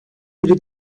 biri